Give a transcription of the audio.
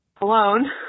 alone